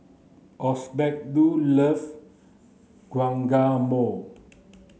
Osbaldo love Guacamole